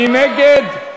מי נגד?